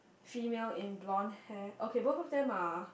female in blonde hair okay both of them are